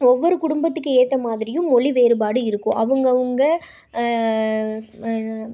ஒவ்வொரு குடும்பத்துக்கு ஏற்ற மாதிரியும் மொழி வேறுபாடு இருக்கும் அவங்கவுங்க